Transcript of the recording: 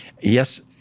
yes